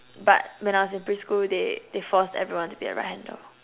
but when I was in preschool they they forced everyone to be a right hander